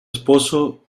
esposo